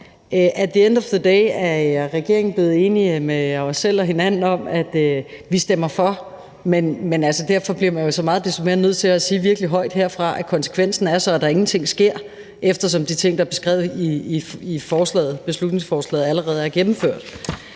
at the end of the day er regeringen blevet enige med sig selv om, at vi stemmer for, men at man derfor bliver så meget desto mere nødt til at sige virkelig højt herfra, at konsekvensen så er, at der ingenting sker, eftersom de ting, der er beskrevet i beslutningsforslaget, allerede er gennemført.